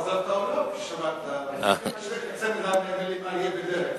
הוא עזב את האולם כששמע את צמד המלים "אריה" ו"דרעי".